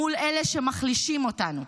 מול אלה שמחלישים אותנו.